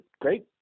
great